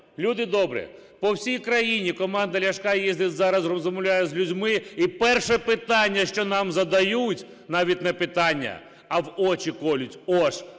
Люди добрі, по всій країні команда Ляшка їздить зараз, розмовляє з людьми і перше питання, що нам задають, навіть не питання, а в очі колють: "Ось